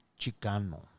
Chicano